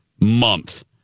month